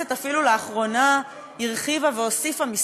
לאחרונה הכנסת אפילו הרחיבה והוסיפה כמה